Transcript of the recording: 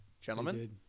gentlemen